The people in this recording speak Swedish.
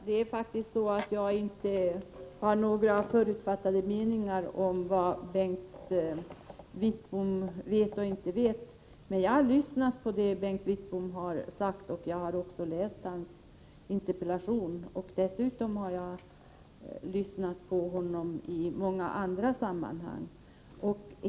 Fru talman! Jag har faktiskt inte några förutfattade meningar om vad Bengt Wittbom vet och inte vet. Jag har lyssnat på det som Bengt Wittbom har sagt. Jag har också läst hans interpellation. Dessutom har jag lyssnat på honom i många andra sammanhang.